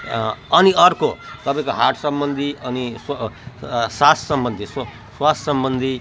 अनि अर्को तपाईँको हार्ट सम्बन्धी अनि स श्वास सम्बन्धी श्वास सम्बन्धी